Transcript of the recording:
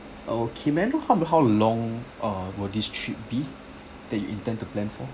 okay may I know how how long ah will this trip be that you intend to plan for